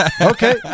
okay